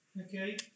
okay